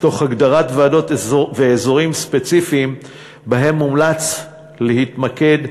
תוך הגדרת ועדות ואזורים ספציפיים שבהם מומלץ להתמקד,